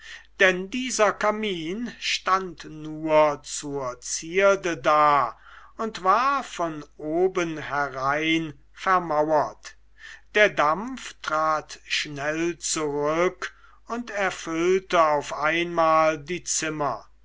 denn dieser kamin stand nur zur zierde da und war von oben herein vermauert der dampf trat schnell zurück und erfüllte auf einmal die zimmer